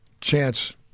chance